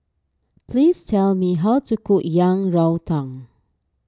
please tell me how to cook Yang Rou Tang